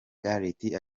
gareth